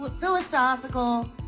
philosophical